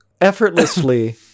effortlessly